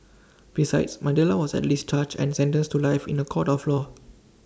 besides Mandela was at least charged and sentenced to life in The Court of law